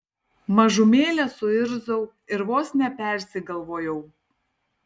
mažumėlę suirzau ir vos nepersigalvojau